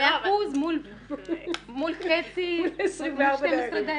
100% מול 12 דיירים.